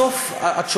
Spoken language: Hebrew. זה מורכב.